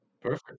perfect